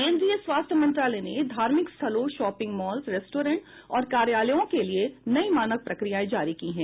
केंद्रीय स्वास्थ्य मंत्रालय ने धार्मिक स्थलों शॉपिंग मॉल्स रेस्टोरेंट और कार्यालयों के लिए नयी मानक प्रक्रियाएं जारी की है